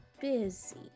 busy